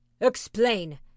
Explain